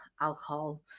alcohol